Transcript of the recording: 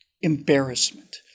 embarrassment